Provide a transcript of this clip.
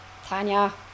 Tanya